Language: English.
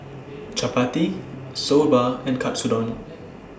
Chapati Soba and Katsudon